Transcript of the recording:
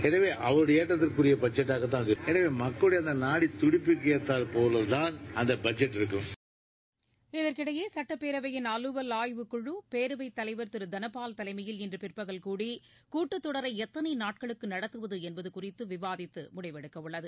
எனவே அவர்களின் ஏற்றத்திற்கு எற்ற பட்ஜெட்டதாகதான் இருக்கும் எனவே மக்களின் நாடித்துடிப்பிற்கு ஏற்றால்போலதான் இந்த பட்ஜெட் இருக்கும்ப இதற்கிடையே சுட்டப்பேரவையின் அலுவல் ஆய்வுக்குழு பேரவை தலைவர் திரு தனபால் தலைமையில் இன்று பிற்பகல் கூடி கூட்டத்தொடரை எத்தனை நாட்களுக்கு நடத்துவது என்பது குறித்து விவாதித்து முடிவெடுக்க உள்ளது